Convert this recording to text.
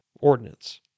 ordinance